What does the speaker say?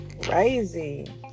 crazy